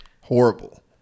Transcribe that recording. horrible